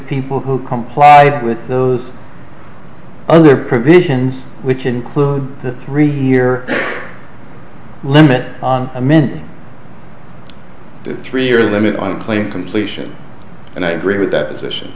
people who complied with those other provisions which include the three year limit on men three year than on a plane completion and i agree with that position